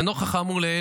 לנוכח האמור לעיל,